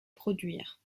produire